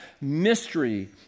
mystery